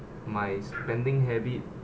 my spending habit